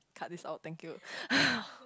cut this out thank you